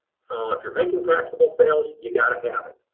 so if you're making taxable sales, you've got to have it.